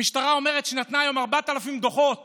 המשטרה אומרת שהיא נתנה היום 4,000 דוחות